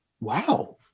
wow